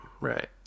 right